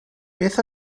beth